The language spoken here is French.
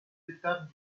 étapes